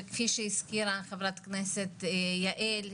וכפי שהזכירה חברת כנסת יעל,